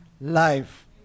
life